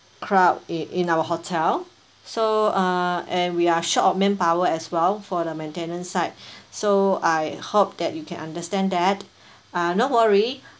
crowd in in our hotel so uh and we are short of manpower as well for the maintenance side so I hope that you can understand that ah don't worry